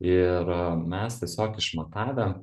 ir mes tiesiog išmatavę